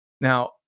Now